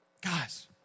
guys